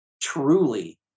truly